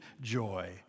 joy